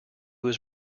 was